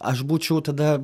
aš būčiau tada